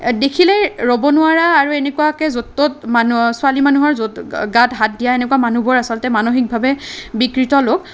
দেখিলেই ৰ'ব নোৱাৰা আৰু এনেকুৱাকে য'ত ত'ত মানুহ ছোৱালী মানুহৰ য'ত গাত হাত দিয়া এনেকুৱা মানুহবোৰ আচলতে মানসিকভাৱে বিকৃত লোক